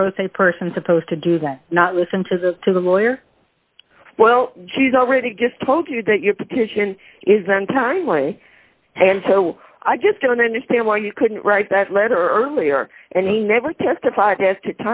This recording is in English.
the person person supposed to do that not listen to the to the lawyer well he's already just told you that your petition is untimely and so i just don't understand why you couldn't write that letter earlier and he never testified